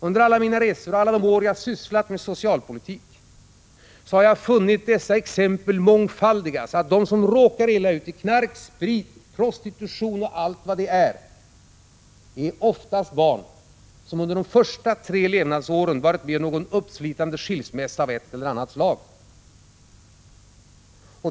Under alla mina resor och under alla de år då jag sysslat med socialpolitik har jag funnit exemplen mångfaldigas: De som råkar illa ut i fråga om knark, sprit, prostitution osv. är oftast barn som under de första tre levnadsåren varit med om någon uppslitande skilsmässa av ett eller annat slag.